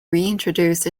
reintroduced